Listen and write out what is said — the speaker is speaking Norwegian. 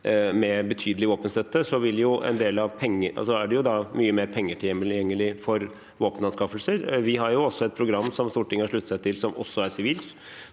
med betydelig våpenstøtte, er det da mye mer penger tilgjengelig for våpenanskaffelser. Vi har også et program som Stortinget har sluttet seg til, som er sivilt,